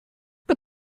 but